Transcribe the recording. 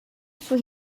zur